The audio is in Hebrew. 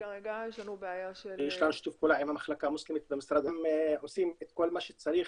יש לנו שיתוף פעולה עם המחלקה המוסלמית במשרד הם עושים כל מה שצריך